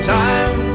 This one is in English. time